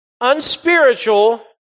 unspiritual